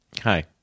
Hi